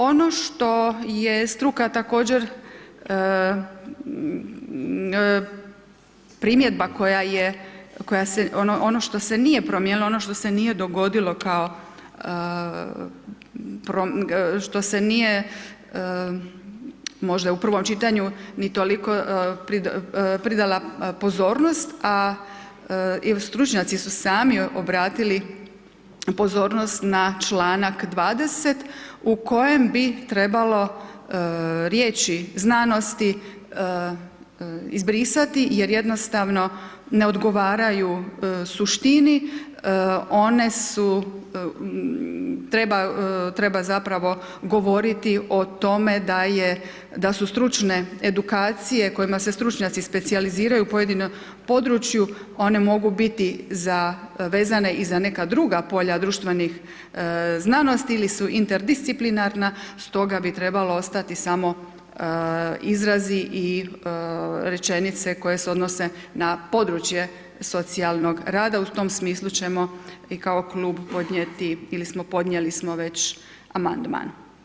Ono što je struka također, primjedba koja se, ono što se nije promijenilo, ono što se nije možda u prvom čitanju ni toliko pridala pozornost a stručnjaci su sami obratili pozornost na članak 20. u kojem bi trebalo riječi znanosti izbrisati jer jednostavno ne odgovaraju suštini, treba zapravo govoriti o tome da su stručne edukacije kojima se stručnjaci specijaliziraju u pojedino području, one mogu biti vezane i za neka druga polja društvenih znanosti ili su interdisciplinarna stoga bi trebalo ostati samo izrazi i rečenice koje se odnose na područje socijalnog rada, u tom smislu ćemo i kao klub podnijeti ili smo podnijeli već amandman.